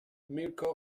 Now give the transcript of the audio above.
mirco